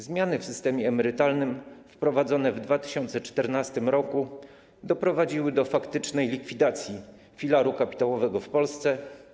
Zmiany w systemie emerytalnym wprowadzone w 2014 r. doprowadziły do faktycznej likwidacji filaru kapitałowego w Polsce.